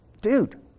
dude